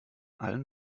allen